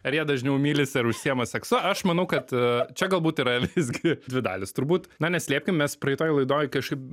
ar jie dažniau mylisi ir užsiima seksu aš manau kad čia galbūt yra visgi dvi dalys turbūt na neslėpkim mes praeitoj laidoj kažkaip